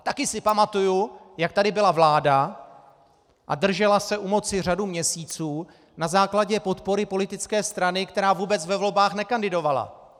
Taky si pamatuju, jak tady byla vláda a držela se u moci řadu měsíců na základě podpory politické strany, která vůbec ve volbách nekandidovala!